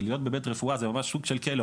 כי להיות בבית רפואה זה ממש סוג של כלא.